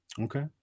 Okay